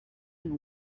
and